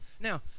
Now